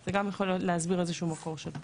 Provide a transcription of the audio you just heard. זה גם יכול להסביר איזשהו מקור של פער.